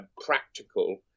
practical